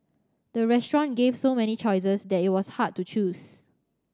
the restaurant gave so many choices that it was hard to choose